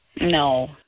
No